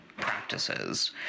practices